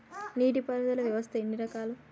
నీటి పారుదల వ్యవస్థ ఎన్ని రకాలు?